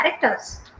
characters